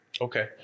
Okay